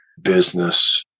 business